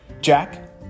Jack